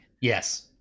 yes